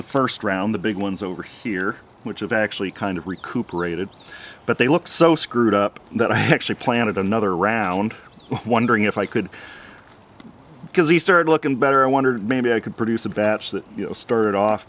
the first round the big ones over here which have actually kind of recuperated but they look so screwed up that i actually planted another around wondering if i could because he started looking better i wondered maybe i could produce a batch that you know started off